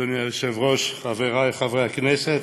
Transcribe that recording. תודה, אדוני היושב-ראש, חברי חברי הכנסת,